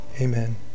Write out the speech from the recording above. amen